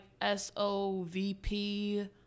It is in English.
S-O-V-P